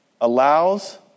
allows